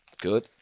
Good